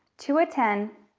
to a ten,